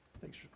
Thanks